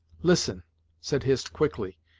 listen said hist quickly,